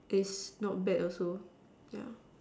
taste not bad also yeah